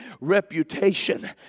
reputation